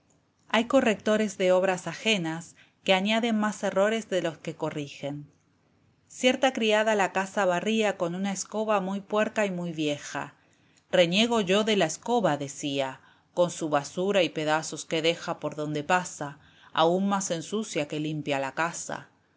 dictamen racional y justo fábula lvi la criada y la escoba hay correctores de obras ajenas que añaden más errores de los que corrigen cierta criada la casa barría con una escoba muy puerca y muy vieja reniego yo de la escoba decía con su basura y pedazos que deja por donde pasa aun más ensucia que limpia la casa